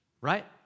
Right